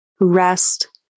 rest